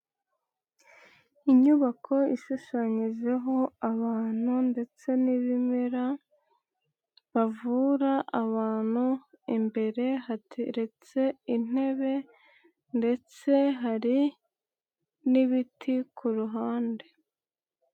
Inyubako ishushanyijeho abantu ndetse n'ibimera; bavura abantu imbere hateretse intebe ndetse hari n'ibiti ku ruhande.